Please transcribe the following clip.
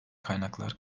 kaynaklar